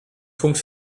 punkt